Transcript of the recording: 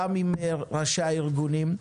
גם עם ראשי הארגונים.